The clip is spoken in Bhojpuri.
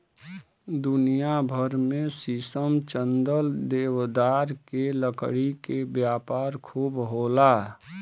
दुनिया भर में शीशम, चंदन, देवदार के लकड़ी के व्यापार खूब होला